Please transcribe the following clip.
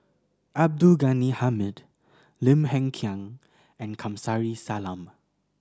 Abdul Ghani Hamid Lim Hng Kiang and Kamsari Salam